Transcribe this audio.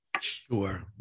Sure